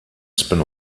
spin